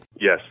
Yes